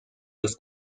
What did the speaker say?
los